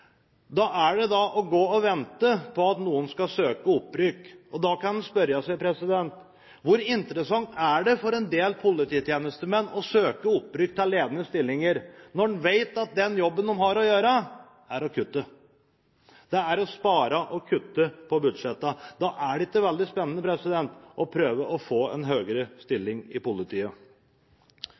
Da blir det å gå og vente på at noen skal søke om opprykk. Da kan en spørre seg: Hvor interessant er det for en del polititjenestemenn å søke opprykk til ledende stillinger, når man vet at den jobben de har å gjøre, er å kutte. Det er å spare og kutte på budsjettene. Da er det ikke veldig spennende å prøve å få en høyere stilling i politiet.